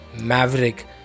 maverick